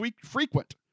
frequent